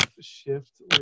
shift